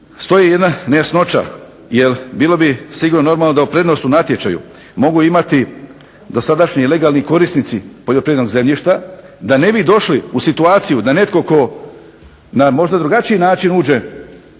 stoji jedna nejasnoća jer bilo bi sigurno normalno da prednost u natječaju mogu imati dosadašnji legalni korisnici poljoprivrednog zemljišta da ne bi došli u situaciju da netko tko možda na drugačiji način uđe